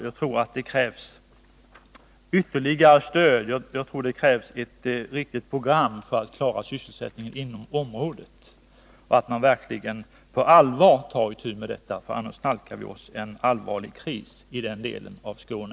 Jag tror att det krävs ytterligare stöd och ett riktigt program för att klara sysselsättningen inom området. Det krävs att man på allvar tar itu med detta, för annars nalkar vi oss en allvarlig kris i denna del av Skåne.